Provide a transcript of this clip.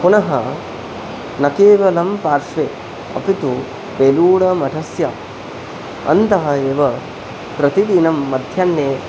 पुनः न केवलं पार्श्वे अपि तु वेलूडमठस्य अन्तः एव प्रतिदिनं मध्याह्ने